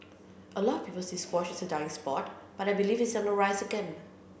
a lot of people say squash is a dying sport but I believe it is on the rise again